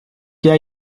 jij